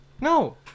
No